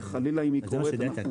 ואם היא קורית,